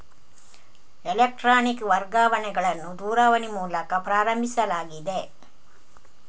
electronic ವರ್ಗಾವಣೆಗಳನ್ನು ದೂರವಾಣಿ ಮೂಲಕ ಪ್ರಾರಂಭಿಸಲಾಗಿದೆ